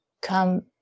come